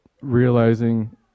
realizing